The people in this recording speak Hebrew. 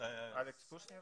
אלכס קושניר.